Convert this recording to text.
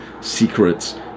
secrets